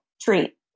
treat